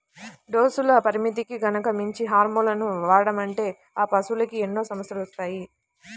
డోసుల పరిమితికి గనక మించి హార్మోన్లను వాడామంటే ఆ పశువులకి ఎన్నో సమస్యలొత్తాయి